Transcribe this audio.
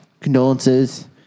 condolences